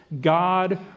God